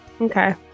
okay